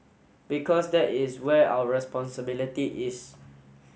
because that is where our responsibility is